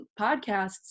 podcasts